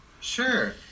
Sure